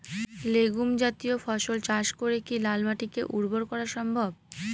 Legume জাতীয় ফসল চাষ করে কি লাল মাটিকে উর্বর করা সম্ভব?